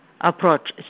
approach